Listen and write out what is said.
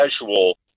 casual